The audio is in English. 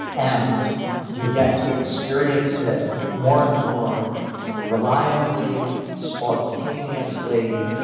and you get to experience it more and more reliably spontaneously,